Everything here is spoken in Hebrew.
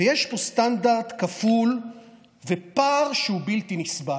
ויש פה סטנדרט כפול ופער שהוא בלתי נסבל.